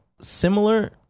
similar